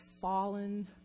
fallen